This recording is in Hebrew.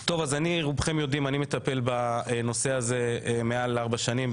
רובכם יודעים שאני מטפל בנושא הזה מעל ארבע שנים,